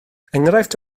enghraifft